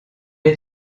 est